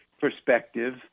perspective